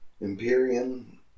Imperium